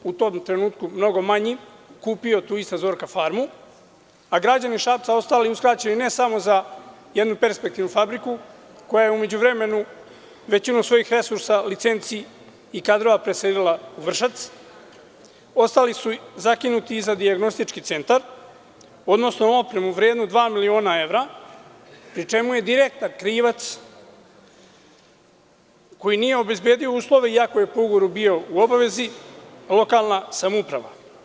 Kada je „Hemofarm“ u tom trenutku mnogo manji kupio tu ista „Zorka farmu“, a građani Šapca ostali uskraćeni, ne samo za jednu perspektivnu fabriku, koja je u međuvremenu većinu svojih resursa, licenci i kadrova preselila u Vršac, već su ostali zakinuti za dijagnostički centar, odnosno opremu vrednu dva miliona evra, pri čemu je direktan krivac, koji nije obezbedio uslove, iako je po ugovoru bio u obavezi, lokalna samouprava.